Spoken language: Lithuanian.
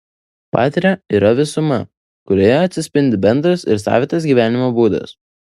patria yra visuma kurioje atsispindi bendras ir savitas gyvenimo būdas